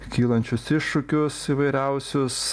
kylančius iššūkius įvairiausius